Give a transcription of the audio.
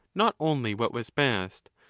not only what was best,